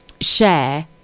share